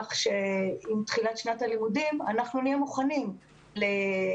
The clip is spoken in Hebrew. כך שעם תחילת שנת הלימודים אנחנו נהיה מוכנים לעבודה.